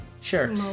Sure